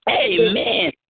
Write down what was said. Amen